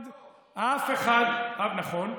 נכון.